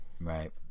Right